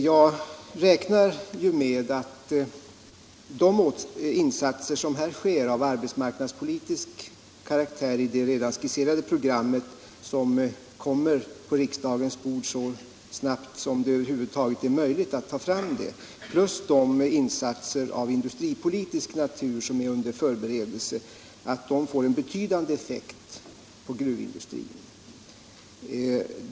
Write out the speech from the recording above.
Jag räknar med att de insatser av arbetsmarknadspolitisk karaktär som Om åtgärder mot = görs i det redan skisserade programmet - som kommer på riksdagens produktionsminsk bord så snabbt som det över huvud taget är möjligt att ta fram det — ning i Grängesbergs och de insatser av industripolitisk natur som förbereds får en betydande gruvor effekt på gruvindustrin.